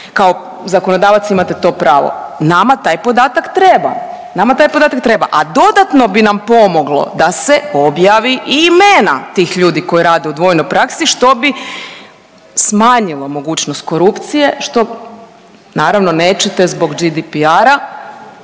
kao zakonodavac imate to pravo. Nama taj podatak treba, nama taj podatak treba, a dodatno bi nam pomoglo da se objavi i imena tih ljudi koji rade u dvojnoj praksi što bi smanjilo mogućnost korupcije što naravno nećete zbog GDPR-a